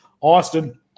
Austin